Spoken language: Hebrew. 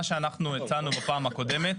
מה שאנחנו הצענו בפעם הקודמת